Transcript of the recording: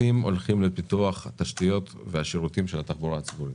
הולך לפיתוח התשתיות והשירותים של התחבורה הציבורית.